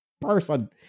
person